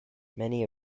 many